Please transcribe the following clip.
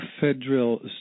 federal